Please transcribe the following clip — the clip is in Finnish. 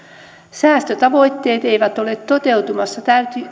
säästötavoitteet eivät ole toteutumassa